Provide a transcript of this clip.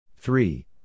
Three